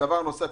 דבר נוסף,